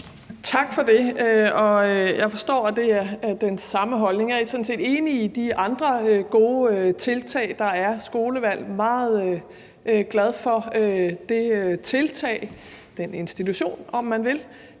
Tak for det. Jeg forstår, at det er den samme holdning. Jeg er sådan set enig i de andre gode tiltag, der er. Jeg er meget glad for skolevalg – et tiltag, en institution, om man vil,